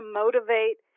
motivate